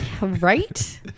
Right